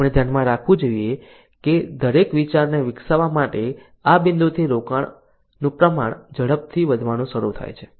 આપણે ધ્યાનમાં રાખવું જોઈએ કે દરેક વિચારને વિકસાવવા માટે આ બિંદુથી રોકાણનું પ્રમાણ ઝડપથી વધવાનું શરૂ થાય છે